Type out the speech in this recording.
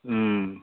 ம்